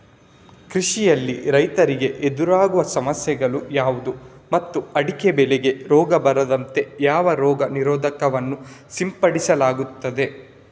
ಕೃಷಿಯಲ್ಲಿ ರೈತರಿಗೆ ಎದುರಾಗುವ ಸಮಸ್ಯೆಗಳು ಯಾವುದು ಮತ್ತು ಅಡಿಕೆ ಬೆಳೆಗೆ ರೋಗ ಬಾರದಂತೆ ಯಾವ ರೋಗ ನಿರೋಧಕ ವನ್ನು ಸಿಂಪಡಿಸಲಾಗುತ್ತದೆ?